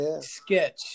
Sketch